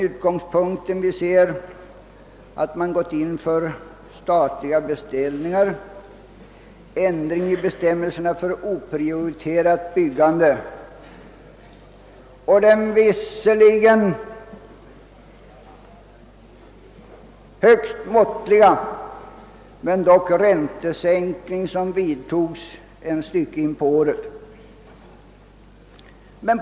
Man har gått in för statliga beställningar, ändrat bestämmelserna för oprioriterat byggande och — låt vara mycket måttlig — en bit in på året företagit en räntesänkning.